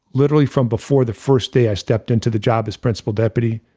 literally from before the first day i stepped into the job as principal deputy,